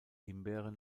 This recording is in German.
himbeere